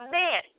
man